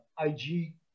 IG